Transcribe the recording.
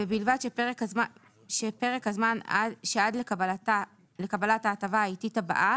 ובלבד שפרק הזמן שעד לקבלת ההטבה העיתית הבאה